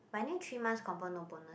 but only three months confirm no bonus